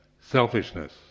selfishness